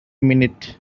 minute